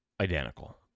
identical